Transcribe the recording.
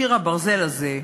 קיר הברזל הזה,